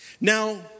Now